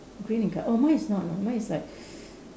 green in colour oh mine is not no mine is like